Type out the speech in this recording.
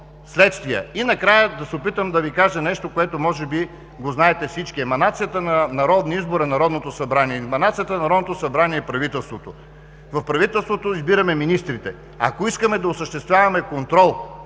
следствия. И накрая да се опитам да Ви кажа нещо, което може би го знаете всички. Еманацията на народния избор е Народното събрание, еманацията на Народното събрание е правителството. В правителството избираме министрите. Ако искаме да осъществяваме контрол